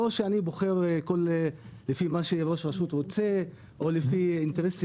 אני לא בוחר לפי מה שראש רשות רוצה או לפי אינטרסים